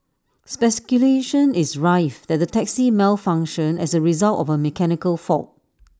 speculation is rife that the taxi malfunctioned as A result of A mechanical fault